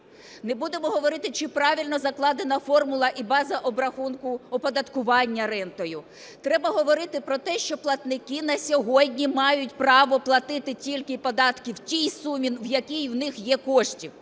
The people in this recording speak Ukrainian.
не будемо говорити, чи правильно закладена формула і база обрахунку оподаткування рентою, треба говорити про те, що платники на сьогодні мають право платити тільки податки в тій сумі, в якій у них є кошти.